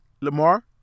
Lamar